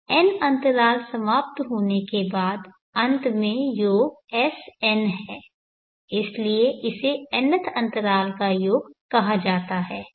n अंतराल समाप्त होने के बाद अंत में योग Sn है इसलिए इसे nth अंतराल का योग कहा जाता है